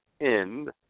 end